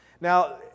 Now